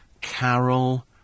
Carol